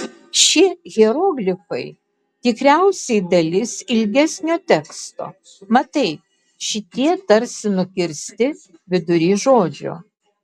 šie hieroglifai tikriausiai dalis ilgesnio teksto matai šitie tarsi nukirsti vidury žodžio